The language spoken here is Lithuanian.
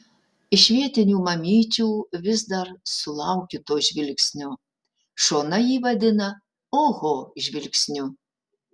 iš vietinių mamyčių vis dar sulaukiu to žvilgsnio šona jį vadina oho žvilgsniu